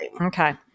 okay